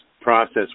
process